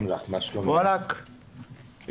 ואלאק,